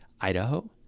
Idaho